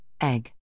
egg